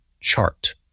chart